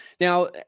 Now